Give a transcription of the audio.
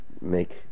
make